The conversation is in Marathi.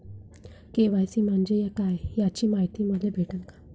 के.वाय.सी म्हंजे काय याची मायती मले भेटन का?